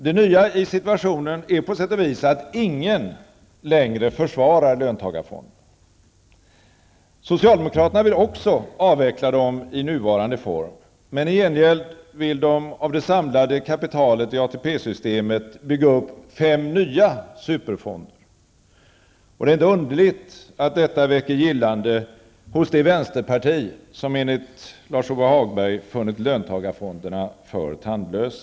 Det nya i situationen är på sätt och vis att ingen längre försvarar löntagarfonderna. Socialdemokraterna vill också avveckla dem i nuvarande form. Men i gengäld vill de av det samlade kapitalet i ATP-systemet bygga upp fem nya superfonder. Det är inte underligt att detta väcker gillande hos det vänsterparti som enligt Lars-Ove Hagberg funnit löntagarfonderna för tandlösa.